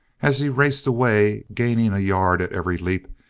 as he raced away gaining a yard at every leap,